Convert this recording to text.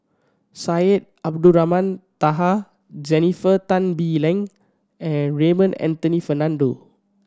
Syed Abdulrahman Taha Jennifer Tan Bee Leng and Raymond Anthony Fernando